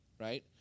right